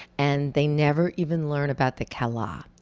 and they never even learn about the cala.